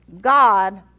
God